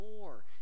more